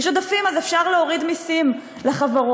יש עודפים, אז אפשר להוריד מסים לחברות.